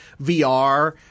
VR